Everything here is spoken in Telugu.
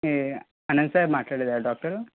అనంత్ సార్ మాట్లాడేదా డాక్టర్